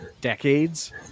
decades